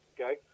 okay